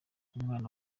umwana